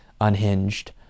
unhinged